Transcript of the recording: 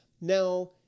Now